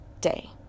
day